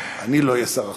אני לא אהיה שר החוץ,